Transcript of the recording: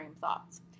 thoughts